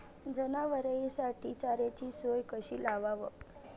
जनावराइसाठी चाऱ्याची सोय कशी लावाव?